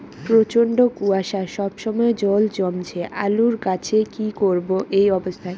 প্রচন্ড কুয়াশা সবসময় জল জমছে আলুর গাছে কি করব এই অবস্থায়?